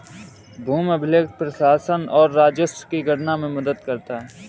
भूमि अभिलेख प्रशासन और राजस्व की गणना में मदद करता है